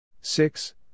six